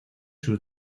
sus